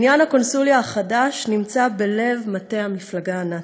בניין הקונסוליה החדש נמצא בלב מטה המפלגה הנאצית,